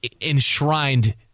enshrined